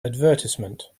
advertisement